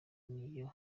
niyo